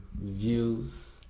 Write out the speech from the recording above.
views